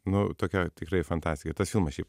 nu tokia tikrai fantastika tas filmas šiaip